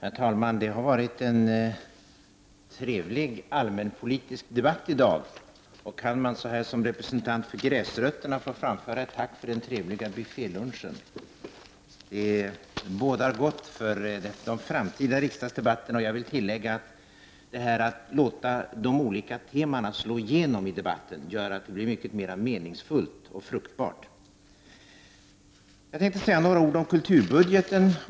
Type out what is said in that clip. Herr talman! Det har varit en trevlig allmänpolitisk debatt i dag. Jag vill, som representant för gräsrötterna, framföra ett tack för den trevliga buffé lunchen. Det bådar gott för de framtida riksdagsdebatterna. Jag vill tillägga att detta att låta de olika temana slå igenom i debatten gör att det blir mycket mera meningsfullt och fruktbart. Jag tänkte säga några ord om kulturbudgeten.